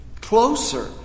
closer